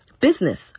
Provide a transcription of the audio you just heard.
business